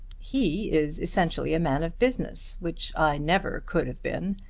he is essentially a man of business, which i never could have been.